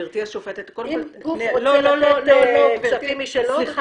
גבירתי השופטת --- אם גוף רוצה להוציא כספים משלו